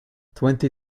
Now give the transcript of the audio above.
twenty